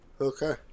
Okay